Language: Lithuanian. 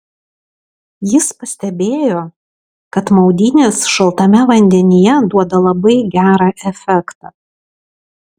jis pastebėjo kad maudynės šaltame vandenyje duoda labai gerą efektą